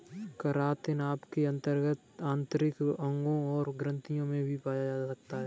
keratin आपके आंतरिक अंगों और ग्रंथियों में भी पाया जा सकता है